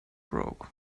broke